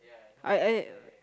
I I